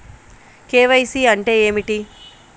KYC అంటే ఏమిటి?